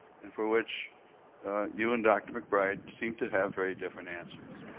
and for which you and dr. mcbride seem to have very different answers.